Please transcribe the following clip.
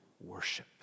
worship